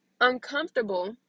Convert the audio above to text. Uncomfortable